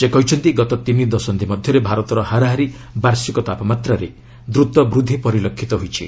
ସେ କହିଛନ୍ତି ଗତ ତିନି ଦଶନ୍ଧି ମଧ୍ୟରେ ଭାରତର ହାରାହାରି ବାର୍ଷିକ ତାପମାତ୍ରାରେ ଦ୍ରତ ବୃଦ୍ଧି ପରିଲକ୍ଷିତ ହୋଇଛି